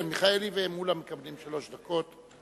כן, מיכאלי ומולה מקבלים שלוש דקות.